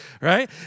Right